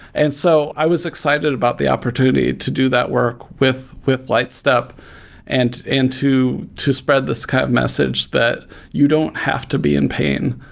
and so i was excited about the opportunity to do that work with with lightstep and to spread this kind of message that you don't have to be in pain,